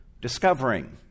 discovering